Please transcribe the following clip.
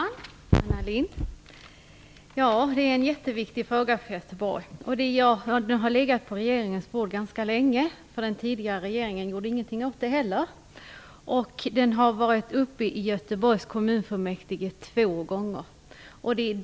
Fru talman! Anna Lindh! Ja, detta är en jätteviktig fråga för Göteborg. Den har legat på regeringens bord ganska länge, därför att den tidigare regeringen inte heller gjorde någonting åt den. Den har varit uppe i Göteborgs kommunfullmäktige två gånger.